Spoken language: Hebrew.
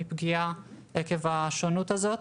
פגיעה עקב השונות הזאת.